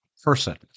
person